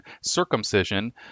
Circumcision